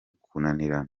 kunanirana